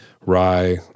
rye